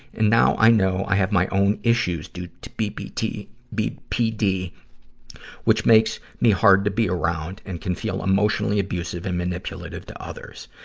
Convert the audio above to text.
and now, i know, i have my own issues due to bpd, which makes me hard to be around and can feel emotionally abusive and manipulative to others.